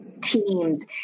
teams